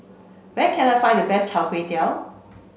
where can I find the best Chai Kuay Tow